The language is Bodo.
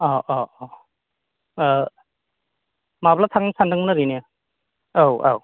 अ अ माब्ला थांनो सानदोंमोन ओरैनो औ औ